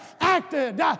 acted